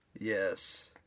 Yes